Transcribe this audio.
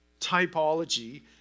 typology